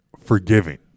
forgiving